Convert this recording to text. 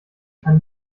kann